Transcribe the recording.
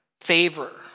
Favor